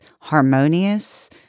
harmonious